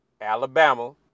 Alabama